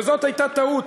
וזאת הייתה טעות.